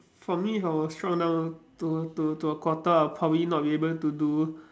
for me if I were shrunk down to to to a quarter I probably not be able to do